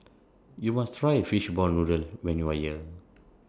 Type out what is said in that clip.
YOU must Try Fishball Noodle when YOU Are here